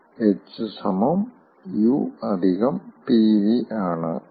h u pv ആണ് അത്